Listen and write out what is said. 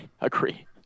agree